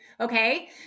okay